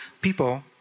people